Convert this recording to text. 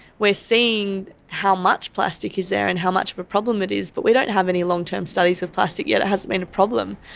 we are seeing how much plastic is there and how much of a problem it is but we don't have any long-term studies of plastic yet, it hasn't been a problem,